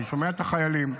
אני שומע את החיילים,